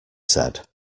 said